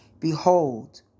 Behold